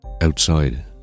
Outside